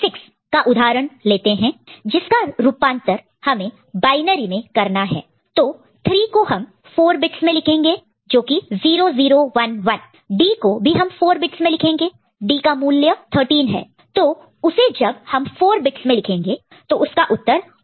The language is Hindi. यदि हम 3D6 का उदाहरण लेते हैं जिसे हमें बायनरी में रिप्रेजेंट करना है तो 3 को हम 4 बिट्स में लिखेंगे 0011 D को भी हम 4 बिट्स में लिखेंगे D का मूल्य 13 है तो उसे जब हम 4 बिट्स में लिखेंगे तो उसका उत्तर1101 होगा